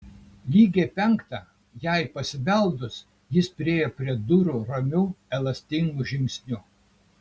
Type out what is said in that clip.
lygiai penktą jai pasibeldus jis priėjo prie durų ramiu elastingu žingsniu